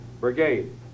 brigade